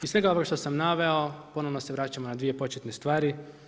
Iz svega ovog što sam naveo, ponovno se vraćam na dvije početne stvari.